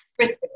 risk